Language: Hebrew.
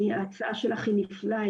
ההצעה שלך היא נפלאה,